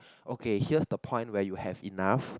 okay here's the point where you have enough